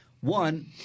one